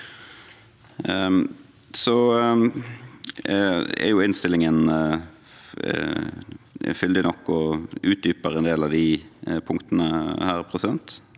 innstillingen fyldig nok og utdyper en del av disse punktene.